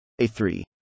A3